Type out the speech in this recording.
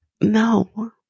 no